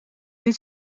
niet